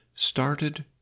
started